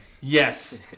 Yes